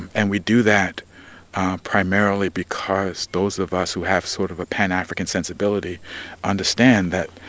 and we do that primarily because those of us who have sort of a pan-african sensibility understand that,